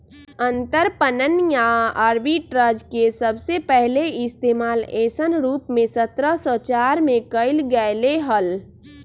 अंतरपणन या आर्बिट्राज के सबसे पहले इश्तेमाल ऐसन रूप में सत्रह सौ चार में कइल गैले हल